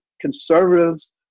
conservatives